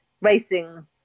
racing